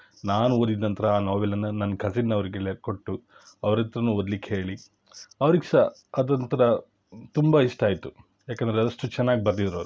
ನಾನು ಓದಿದ ನಂತರ ಆ ನಾವೆಲನ್ನು ನನ್ನ ಕಝಿನ್ನವರಿಗೆಲ್ಲ ಕೊಟ್ಟು ಅವ್ರ ಹತ್ರನು ಓದ್ಲಿಕ್ಕೆ ಹೇಳಿ ಅವ್ರಿಗೆ ಸಹ ಅದೊಂಥರ ತುಂಬ ಇಷ್ಟ ಆಯಿತು ಯಾಕಂದರೆ ಅಷ್ಟು ಚೆನ್ನಾಗಿ ಬರ್ದಿದ್ರು ಅವರು